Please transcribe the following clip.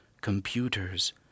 computers